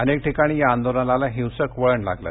अनेक ठिकाणी या आंदोलनाला हिंसक वळण लागलं